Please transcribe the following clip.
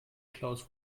klaus